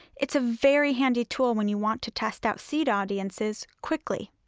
it's a very handy tool when you want to test out seed audiences quickly.